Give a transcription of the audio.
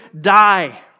die